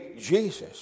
Jesus